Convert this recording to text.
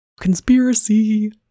Conspiracy